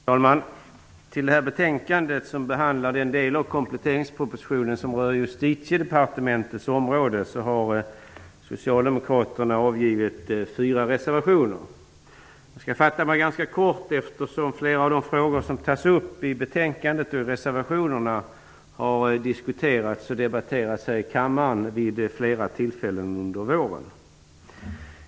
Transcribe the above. Herr talman! Till detta betänkande, som behandlar den del av kompletteringspropositionen som rör Justitiedepartementets område, har socialdemokraterna avgivit fyra reservationer. Jag skall fatta mig ganska kort, eftersom flera av de frågor som tas upp i betänkandet och i reservationerna har debatterats här i kammaren vid flera tillfällen under våren.